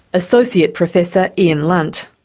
associate professor ian lunt.